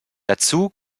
dazu